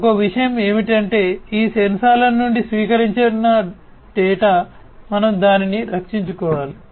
ఒక విషయం ఏమిటంటే ఈ సెన్సార్ల నుండి స్వీకరించబడిన డేటా మనం దానిని రక్షించుకోవాలి